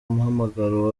umuhamagaro